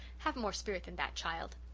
have more spirit than that, child.